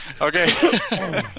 Okay